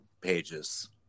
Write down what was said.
pages